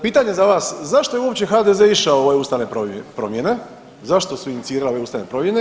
Pitanje za vas, zašto je uopće HDZ išao u ove ustavne promjene, zašto su inicirali ustavne promjene?